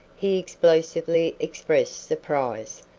he explosively expressed surprise.